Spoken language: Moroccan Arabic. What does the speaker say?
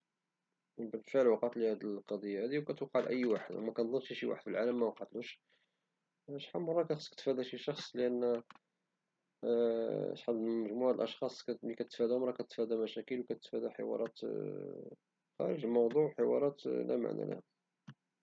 بالفعل وقعتلي هد القضية وكتوقع لأي واحد وكنظنش شي واحد في العالم موقعتلو، شحال من مرة كيخصك تفادا شي شخص وشحال مجموعة ديال الأشخاص مين كتفاداهم راج كتفادا مشاكل وحوارات خارج الموضوع وحوارات لا معنى لها.